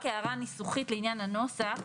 רק הערה לעניין הנוסח: